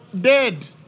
Dead